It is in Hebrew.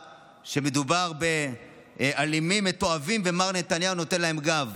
שמדובר באלימים מתועבים ומר נתניהו נותן להם גב,